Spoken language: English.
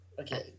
okay